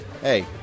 Hey